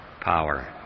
Power